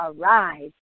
arise